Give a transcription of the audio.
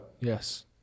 Yes